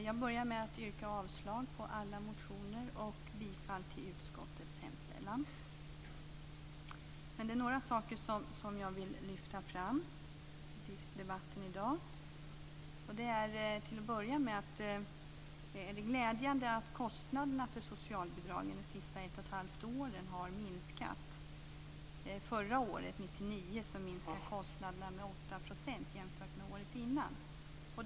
Jag börjar med att yrka avslag på alla motioner och bifall till utskottets hemställan. Men det är några saker som jag vill lyfta fram i debatten i dag. Det är till att börja med att det är glädjande att kostnaderna för socialbidragen de senaste 1 1⁄2 åren har minskat. Förra året, 1999, minskade kostnaderna med 8 % jämfört med året innan.